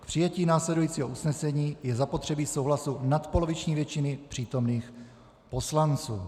K přijetí následujícího usnesení je zapotřebí souhlasu nadpoloviční většiny přítomných poslanců.